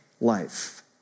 life